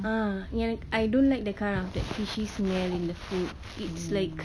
ah ya~ I don't like that kind of that fishy smell in the food it's like